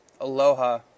Aloha